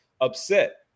upset